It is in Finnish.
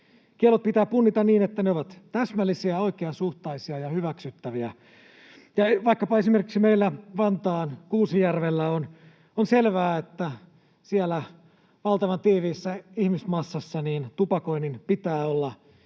Kiellot pitää punnita niin, että ne ovat täsmällisiä, oikeasuhtaisia ja hyväksyttäviä. Vaikkapa esimerkiksi meillä Vantaan Kuusijärvellä on selvää, että siellä valtavan tiiviissä ihmismassassa tupakoinnin pitää olla